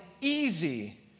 easy